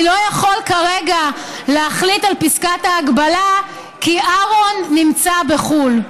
אני לא יכול כרגע להחליט על פסקת ההגבלה כי אהרן נמצא בחו"ל.